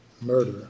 murder